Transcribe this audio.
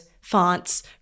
fonts